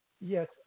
yes